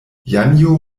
janjo